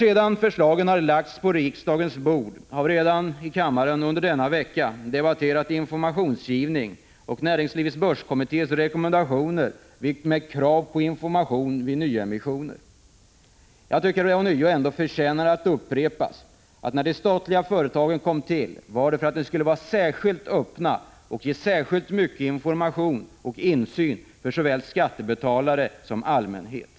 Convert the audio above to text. Sedan förslagen har lagts på riksdagens bord har vi redan under denna vecka här i kammaren debatterat informationsgivning och näringslivets börskommittés rekommendationer med krav på information vid nyemissioner. Jag tycker det förtjänar att upprepas att när de statliga företagen kom till var det för att de skulle vara särskilt öppna och ge särskilt mycket information och insyn till såväl skattebetalare som allmänhet.